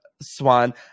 Swan